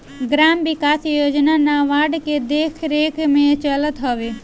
gram विकास योजना NABARD के देखरेख में चलत हवे